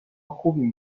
خوبیم